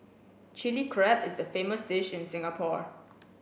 Chilli Crab is a famous dish in Singapore